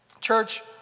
Church